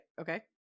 okay